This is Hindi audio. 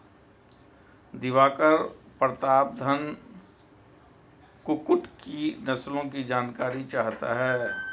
दिवाकर प्रतापधन कुक्कुट की नस्लों की जानकारी चाहता है